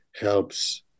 helps